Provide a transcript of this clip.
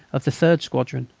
of the third squadron,